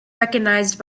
recognized